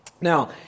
Now